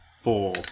four